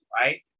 right